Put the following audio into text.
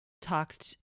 talked